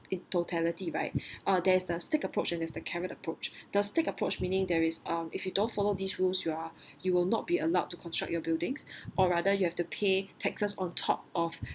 in totality right uh there's the stick approach and there is the carrot approach the stick approach meaning there is um if you don't follow these rules you are you will not be allowed to construct your buildings or rather you have to pay taxes on top of